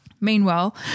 Meanwhile